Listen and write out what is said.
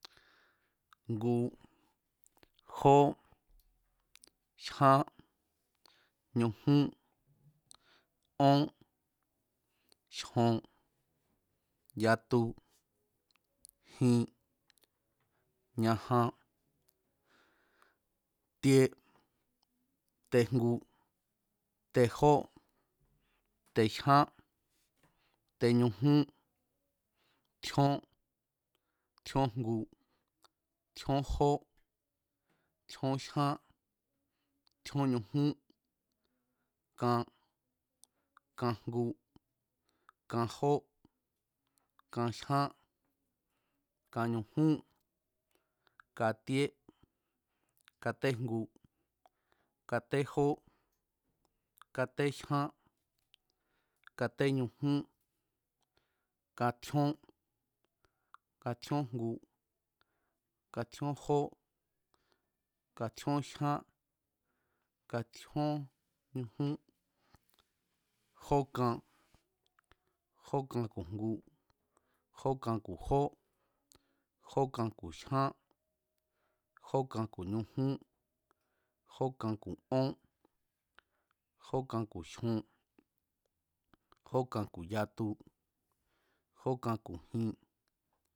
Ngu, jó, jyán, ñujún, ón, jyon, yatu, jin, ñajan, tie, tejngu, tejó, tejyán, teñujún, tjíón, tjíójngu, tjíón jó, tjíón jya, tjíón ñujún, kan, kajngu, kajó, kajyán, kañujún, ka'ón, kajyon, kayatu, kajin, kañajan, katíé, katéjngu, katéjó, katéjyán, katéñujún, katjíón, katjion, jngu, katjíón jó, katjíón jyán, katjíón ñujún, jókan jokan ku̱ ngu, jókan ku̱ jó jókan ku̱ jyan, jókan ku̱ ñujún, jókan ku̱ ón, jókan ku̱ jyon, jókan ku̱ yatu, jókan ku̱ jin